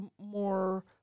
more